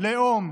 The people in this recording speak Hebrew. לאום,